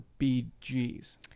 BGs